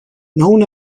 known